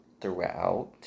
Throughout